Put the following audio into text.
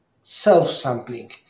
self-sampling